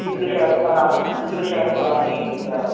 कीदृशस्थल कीदृशस्थलानि तत्र